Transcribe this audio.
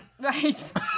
Right